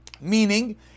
meaning